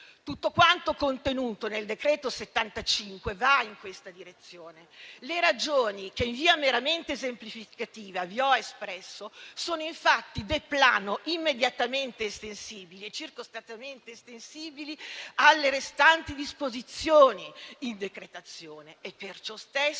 Tutto quanto contenuto nel decreto-legge n. 75 va in questa direzione. Le ragioni, che in via meramente esemplificativa vi ho espresso, sono infatti *de plano* immediatamente e circostanziatamente estensibili alle restanti disposizioni in decretazione e, per ciò stesso,